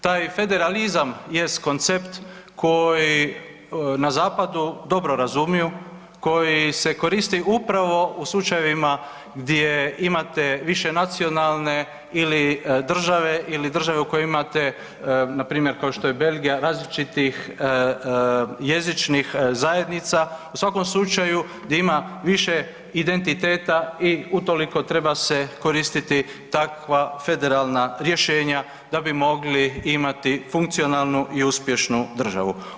Taj federalizam jest koncept koji na zapadu dobro razumiju, koji se koristi upravo u slučajevima gdje imate više nacionalne ili države ili države u kojima imate npr. kao što je Belgija različitih jezičnih zajednica, u svakom slučaju gdje ima više identiteta i utoliko se treba koristiti takva federalna rješenja da bi mogli imati funkcionalnu i uspješnu državu.